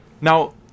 Now